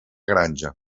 granja